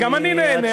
גם אני נהנה,